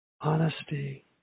honesty